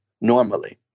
normally